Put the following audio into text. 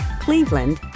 Cleveland